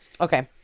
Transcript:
Okay